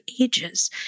ages